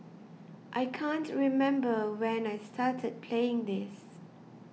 I can't remember when I started playing this